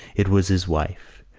it was his wife.